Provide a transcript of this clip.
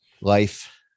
life